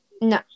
no